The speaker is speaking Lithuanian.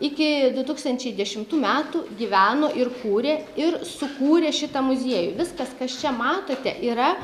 iki du tūkstančiai dešimtų metų gyveno ir kūrė ir sukūrė šitą muziejų viskas kas čia matote yra